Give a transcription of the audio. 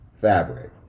fabric